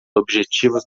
objetivos